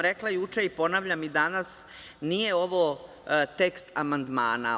Rekla sam juče, ponavljam i danas, nije ovo tekst amandmana.